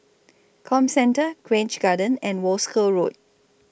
Comcentre Grange Garden and Wolskel Road